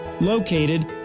Located